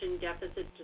deficit